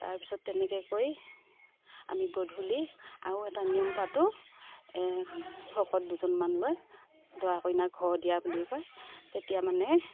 তাৰ পিছত তেনেকৈ কৰি আমি গধূলি আৰু এটা নিয়ম পাতোঁ ভকত দুজনমান লৈ দৰা কইনাক ঘৰ দিয়া বুলি কয় তেতিয়া মানে